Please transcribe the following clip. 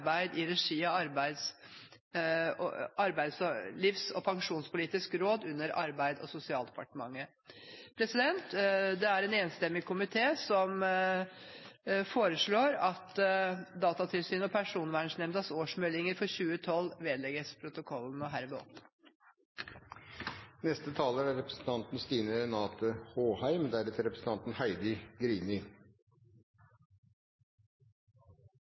arbeid i regi av Arbeidslivs- og pensjonspolitisk råd under Arbeids- og sosialdepartementet. Det er en enstemmig komité som foreslår at Datatilsynets og Personvernnemndas årsmeldinger for 2012 vedlegges protokollen. Datatilsynet er